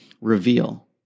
reveal